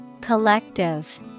Collective